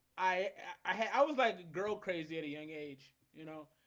i i was like a girl crazy at a young age, you know,